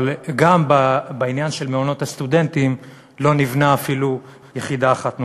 אבל גם בעניין של מעונות הסטודנטים לא נבנתה אפילו יחידה אחת נוספת.